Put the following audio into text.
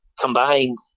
combined